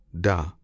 da